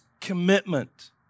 commitment